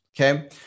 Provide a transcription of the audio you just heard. Okay